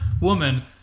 woman